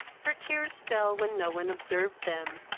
her tears fell when no one observed them,